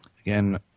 Again